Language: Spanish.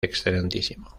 excmo